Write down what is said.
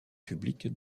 publiques